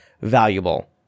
valuable